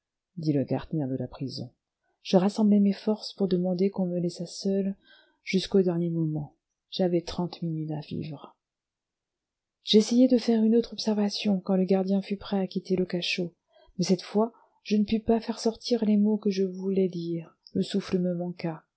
dit le gardien de la prison je rassemblai mes forces pour demander qu'on me laissât seul jusqu'au dernier moment j'avais trente minutes à vivre j'essayai de faire une autre observation quand le gardien fut prêt à quitter le cachot mais cette fois je ne pus pas faire sortir les mots que je voulais dire le souffle me manqua